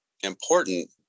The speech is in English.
important